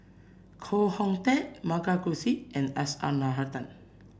Koh Hoon Teck M Karthigesu and S R Nathan